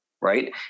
right